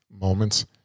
moments